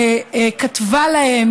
היא כתבה להם.